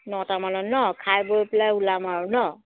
নটা মানত ন খায় বৈ পেলাই ওলাম আৰু ন